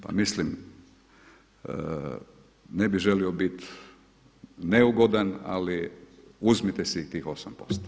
Pa mislim, ne bih želio biti neugodan, ali uzmite si tih 8 posto.